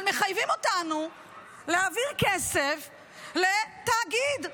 אבל מחייבים אותנו להעביר כסף לתאגיד,